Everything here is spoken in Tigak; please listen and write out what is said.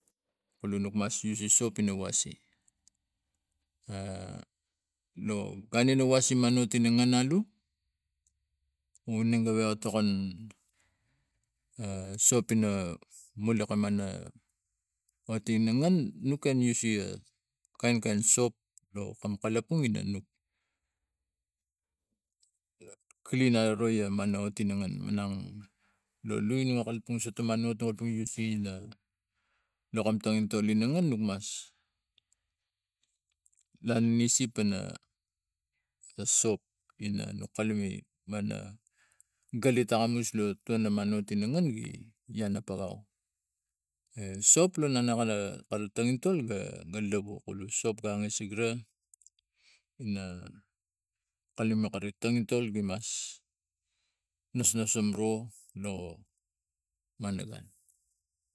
Kolo nuk mas use a sop ina wase kare ina wasim alu ting ngan alu vinimga we na tokon a sop ina molak aman otinga ngan nok ka use o kain kain sop lo kam kalapang ina nuk klin aroi am mana otinga ngan manang la loi no kalapan sotomanot nu kalapang use ina no kam toli ina gnan nuk mas lani is ipana e sop ina- ina nok kalume gana gali takamus lo tuana manot ti langan gi ian no pakau sop lo na kara tangintol ga lovu kolo sop ga angasik ra in kalume makari tangintol gimas nasnasam ro lo man a gun.